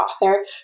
author